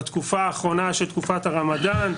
בתקופה האחרונה של תקופת הרמדאן,